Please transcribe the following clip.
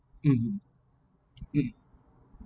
mm mm